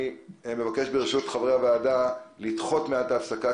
אבל אני מבקש מחברי הוועדה לדחות מעט את ההפסקה,